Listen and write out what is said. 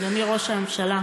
אדוני ראש הממשלה,